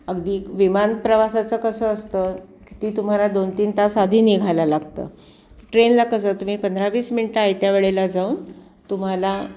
अगदी विमानप्रवासाचं कसं असतं किती तुम्हाला दोन तीन तास आधी निघायला लागतं ट्रेनला कसं तुम्ही पंधरा वीस मिनटं आयत्या वेळेला जाऊन तुम्हाला